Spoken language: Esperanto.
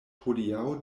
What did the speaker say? hodiaŭ